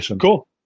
Cool